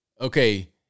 Okay